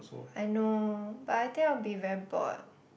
I know but I think I will be very bored